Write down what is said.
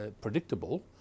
predictable